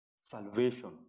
Salvation